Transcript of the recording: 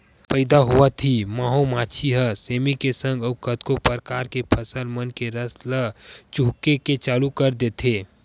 पइदा होवत ही माहो मांछी ह सेमी के संग अउ कतको परकार के फसल मन के रस ल चूहके के चालू कर देथे